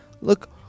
Look